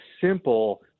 simple